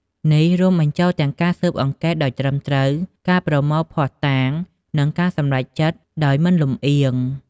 នេះរួមបញ្ចូលទាំងការស៊ើបអង្កេតដោយត្រឹមត្រូវ ការប្រមូលភស្តុតាង និងការសម្រេចចិត្តដោយមិនលំអៀង។